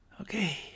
Okay